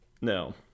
No